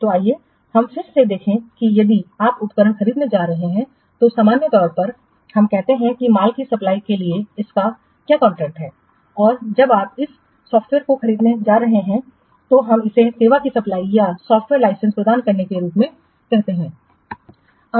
तो आइए हम फिर से देखें कि यदि आप उपकरण खरीदने जा रहे हैं तो सामान्य तौर पर हम कहते हैं कि माल की सप्लाई के लिए इसका क्या कॉन्ट्रैक्ट है और जब आप इस सॉफ़्टवेयर को खरीदने जा रहे हैं तो हम इसे सेवा की सप्लाई या सॉफ़्टवेयर लाइसेंस प्रदान करने के रूप में कहते हैं